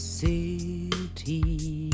city